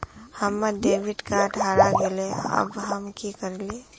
हमर debit card हरा गेले अब हम की करिये?